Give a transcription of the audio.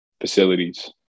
facilities